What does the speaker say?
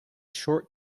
short